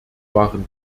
waren